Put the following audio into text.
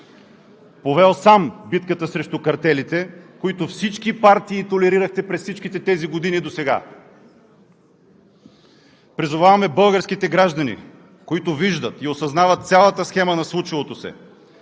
повел сам битката срещу картелите, които всички партии толерирахте през всичките години досега. Призоваваме българските граждани, които виждат и осъзнават цялата схема на случилото се,